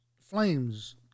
flames